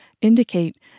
indicate